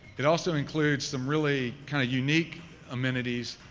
it also includes some really kind of unique amenities,